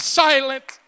silent